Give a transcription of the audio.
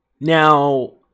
Now